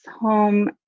home